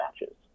matches